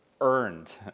earned